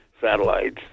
satellites